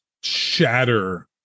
shatter